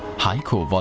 heiko